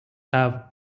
have